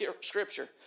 Scripture